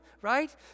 right